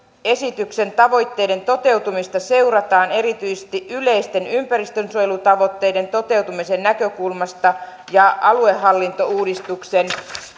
esityksen tavoitteiden toteutumista seurataan erityisesti yleisten ympäristönsuojelutavoitteiden toteutumisen näkökulmasta ja aluehallintouudistuksen